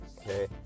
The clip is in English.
okay